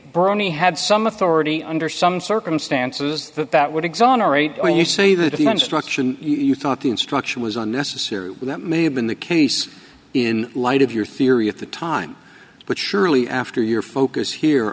brownie had some authority under some circumstances that that would exonerate when you see the construction you thought the instruction was unnecessary that may have been the case in light of your theory at the time but surely after your focus here